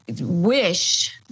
wish